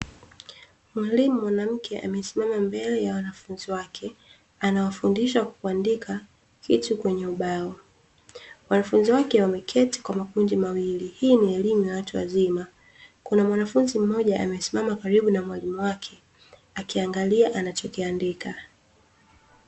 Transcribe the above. Mwalimu mwanamke amesimama mbele ya wanafunzi wake, anawafundisha kuandika kitu kwenye ubao, wanafunzi wake wameketi kwa makundi mawili. Hii ni elimu watu wazima. Kuna mwanafunzi mmoja amesimama karibu na mwalimu wake, akiangalia anachokiandika.